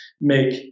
make